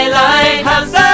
lighthouse